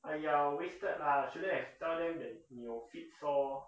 !aiya! wasted lah shouldn't have tell them that 你有 fits lor